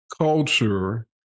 culture